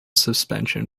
suspension